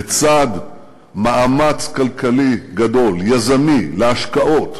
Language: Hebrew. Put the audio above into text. בצד מאמץ כלכלי גדול, יזמי, להשקעות,